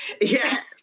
Yes